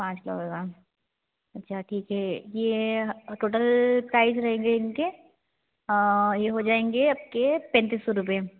पाँच लोगों का अच्छा ठीक है ये टोटल प्राइज़ रहेंगे इनके ये हो जाएंगे इनके तैंतीस सौ रुपये